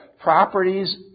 Properties